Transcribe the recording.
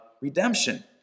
redemption